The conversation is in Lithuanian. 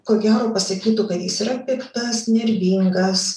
ko gero pasakytų kad jis yra piktas nervingas